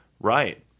right